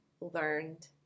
learned